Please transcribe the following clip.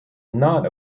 not